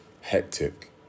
hectic